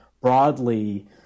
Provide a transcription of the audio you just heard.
broadly